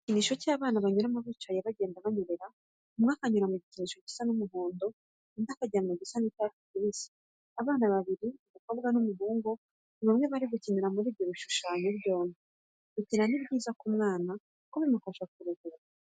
Igikinisho cy'abana banyuramo bicaye bagenda banyerera umwe akanyura mu gikinisho gisa n'umuhondo undi akajya mu gisa n'icyatsi kibisi. Abana babiri umukobwa n'umuhungu ni bamwe mu bari gukinira muri ibyo bishushanyo byombi. Gukina ni byiza k'umwana kuko bimufasha kuruhuka.